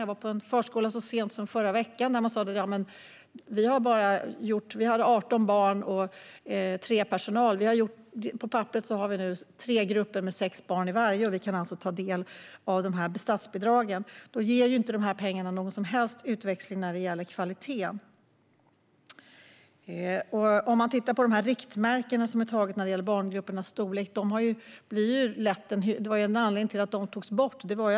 Jag var på en förskola så sent som i förra veckan där man sa: Vi har 18 barn och tre i personalen. På papperet har vi nu tre grupper med sex barn i varje. Vi kan alltså ta del av dessa statsbidrag. Då ger inte de pengarna någon som helst utväxling när det gäller kvaliteten. Man kan titta på riktmärkena när det gäller barngruppernas storlek. Det var en anledning till att de togs bort.